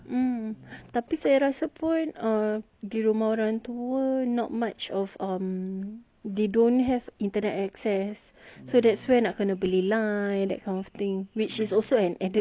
tapi saya rasa pun di rumah orang tua not much of um they don't have internet access so that's why nak kena beli line which is also an added cost